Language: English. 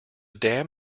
dam